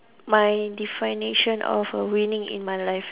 my definition of a winning in my life